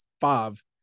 five